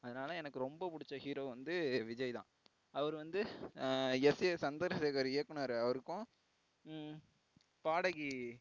அதனால் எனக்கு ரொம்ப பிடிச்ச ஹீரோ வந்து விஜய் தான் அவர் வந்து எஸ் ஏ சந்திரசேகர் இயக்குனர் அவருக்கும் பாடகி